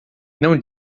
não